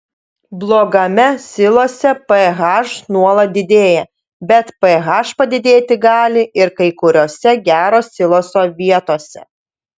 blogame silose ph nuolat didėja bet ph padidėti gali ir kai kuriose gero siloso vietose